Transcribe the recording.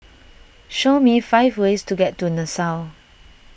show me five ways to get to Nassau